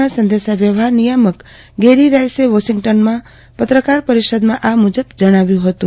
ના સંદેશા વ્યવહાર નિયામક ગેરી રાઇસે વોશિંગ્ટનમાં પત્રકાર પરિષદમાં આ મુજબ જજ્જાવ્યું હતું